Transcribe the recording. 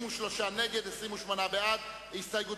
הודעה לחבר הכנסת אחמד טיבי.